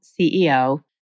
CEO